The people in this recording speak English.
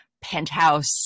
penthouse